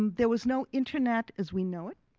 and there was no internet as we know it.